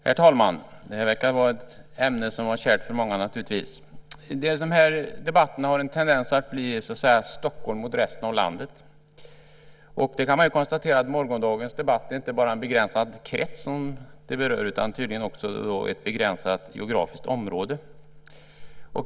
Herr talman! Det här verkar vara ett kärt ämne för många. De här debatterna har en tendens att bli något av Stockholm mot resten av landet. Man kan konstatera att morgondagens debatt inte bara berör en begränsad krets utan tydligen också ett begränsat geografiskt område.